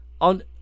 on